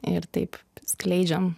ir taip skleidžiam